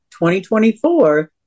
2024